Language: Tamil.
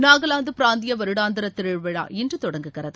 நாகாலாந்து பிராந்திய வருடாந்திர திருவிழா இன்று தொடங்குகிறது